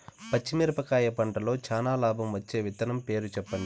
పచ్చిమిరపకాయ పంటలో చానా లాభం వచ్చే విత్తనం పేరు చెప్పండి?